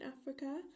Africa